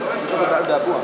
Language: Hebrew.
נתקבלו.